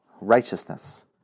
righteousness